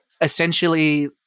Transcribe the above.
Essentially